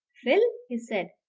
phil, he said,